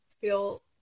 feel